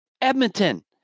Edmonton